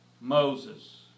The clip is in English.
Moses